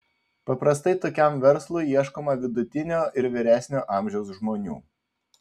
paprastai tokiam verslui ieškoma vidutinio ir vyresnio amžiaus žmonių